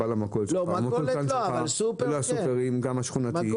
או לסופרים השכונתיים,